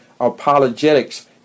apologetics